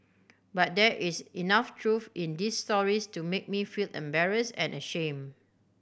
but there is enough truth in these stories to make me feel embarrassed and ashamed